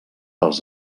els